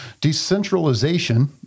decentralization